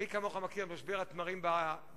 מי כמוך מכיר את משבר התמרים בבקעת-הירדן.